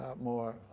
more